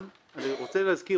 אני מקבל.